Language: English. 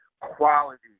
quality